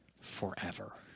forever